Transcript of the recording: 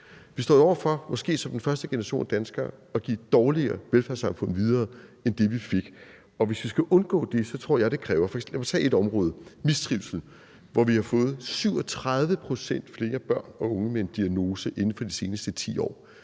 Vi står jo over for, måske som den første generation af danskere, at give et dårligere velfærdssamfund videre end det, vi fik. Og hvis vi skal undgå det, tror jeg, det kræver noget. Lad mig tage ét område, mistrivsel, hvor vi har fået 37 pct. flere børn og unge med en diagnose inden for de seneste 10 år.